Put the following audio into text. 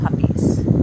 puppies